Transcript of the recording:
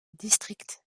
district